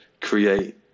create